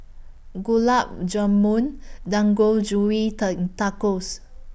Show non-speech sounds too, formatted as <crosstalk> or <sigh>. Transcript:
Gulab Jamun <unintelligible> Tacos